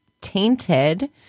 tainted